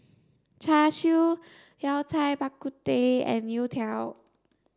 Char Siu Yao Cai Bak Kut Teh and Youtiao